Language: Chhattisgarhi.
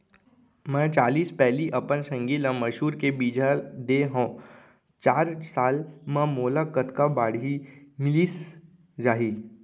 मैं चालीस पैली अपन संगी ल मसूर के बीजहा दे हव चार साल म मोला कतका बाड़ही मिलिस जाही?